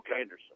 Anderson